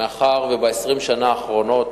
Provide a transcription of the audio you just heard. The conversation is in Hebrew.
מאחר שב-20 השנה האחרונות,